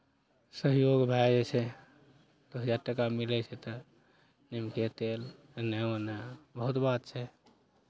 सहयोग भए जाइ छै दू हजार टाका मिलै छै तऽ नीमके तेल एन्नऽ ओन्नऽ बहुत बात छै